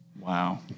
Wow